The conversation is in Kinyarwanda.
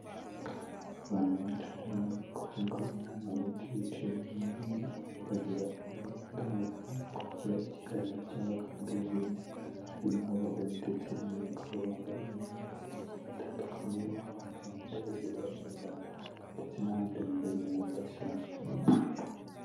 Abantu benshi bari mu nteko cyangwa inama, abenshi bicaye mu ntebe bareba imbere, kandi bameze nk'abakurikira ikiganiro cyangwa gahunda y'ingenzi, harimo abagore ndetse n'abagabo bambaye imyambaro igiye itandukanye, rero baba bambaye imyenda y'uburyo bwa kinyarwanda ndetse n'abandi bambaye imyambaro isanzwe.